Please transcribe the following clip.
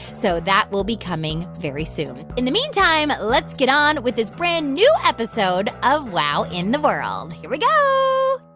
so that will be coming very soon. in the meantime, let's get on with this brand-new episode of wow in the world. here we go